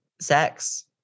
sex